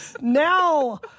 Now